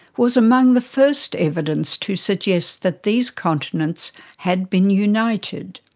was among the first evidence to suggest that these continents had been united.